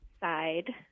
side